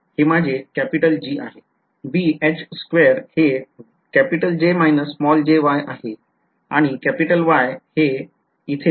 हे माझे G आहे हे आहे आणि Y हे आहे या इथे